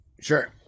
Sure